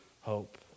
hope